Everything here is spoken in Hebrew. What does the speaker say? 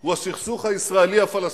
הוא הסכסוך הישראלי הפלסטיני.